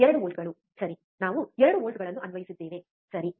2 ವೋಲ್ಟ್ಗಳು ಸರಿ ನಾವು 2 ವೋಲ್ಟ್ಗಳನ್ನು ಅನ್ವಯಿಸಿದ್ದೇವೆ ಸರಿ